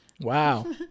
Wow